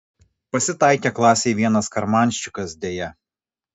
pasitaikė klasėj vienas karmanščikas deja